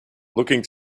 looking